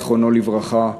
זיכרונו לברכה,